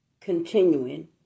continuing